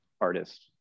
artist